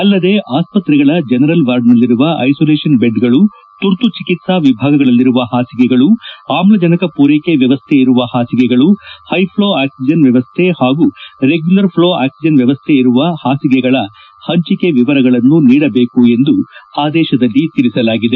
ಅಲ್ಲದೆ ಆಸ್ಪತ್ರೆಗಳ ಜನರಲ್ ವಾರ್ಡ್ನಲ್ಲಿರುವ ಐಸೋಲೇಷನ್ ದೆಡ್ಗಳು ತುರ್ತು ಚಿಕಿತ್ಸಾ ವಿಭಾಗಗಳಲ್ಲಿರುವ ಹಾಸಿಗೆಗಳು ಆಮ್ಲಜನಕ ಪೂರೈಕೆ ವ್ಯವಸ್ಥೆ ಇರುವ ಹಾಸಿಗೆಗಳು ಹೈಫ್ಲೋ ಆಕ್ಲಿಜನ್ ವ್ಯವಸ್ಥೆ ಹಾಗೂ ರೆಗ್ನುಲರ್ ಫ್ಲೋ ಆಕ್ಲಿಜನ್ ವ್ಯವಸ್ಥೆ ಇರುವ ಹಾಸಿಗೆಗಳ ಪಂಚಕೆ ವಿವರಗಳನ್ನು ನೀಡಬೇಕು ಎಂದು ಆದೇತದಲ್ಲಿ ತಿಳಿಸಲಾಗಿದೆ